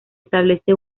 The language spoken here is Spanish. establece